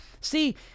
See